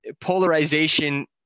polarization